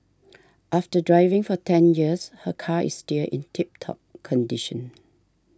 after driving for ten years her car is still in tip top condition